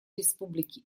республики